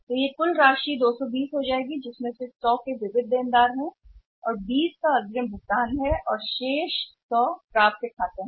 तो यह कुल राशि 220 में से 220 सही हो जाएगी 100 विविध देनदार है और 20 है अग्रिम भुगतान और शेष 100 प्राप्य खाते हैं